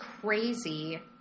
crazy